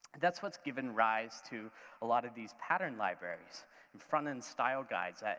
that's what's given rise to a lot of these pattern libraries and fun and style guides,